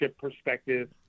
perspective